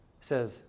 says